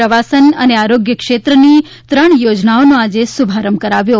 પ્રવાસન અને આરોગ્ય ક્ષેત્રની ત્રણ યોજનાઓનો આજે શુભારંભ કરાવ્યો